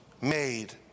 made